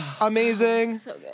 Amazing